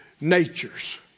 natures